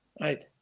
right